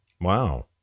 Wow